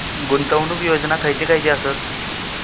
गुंतवणूक योजना खयचे खयचे आसत?